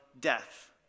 death